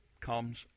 comes